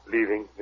Leaving